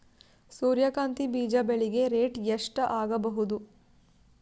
ಸೂರ್ಯ ಕಾಂತಿ ಬೀಜ ಬೆಳಿಗೆ ರೇಟ್ ಎಷ್ಟ ಆಗಬಹುದು?